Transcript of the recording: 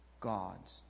God's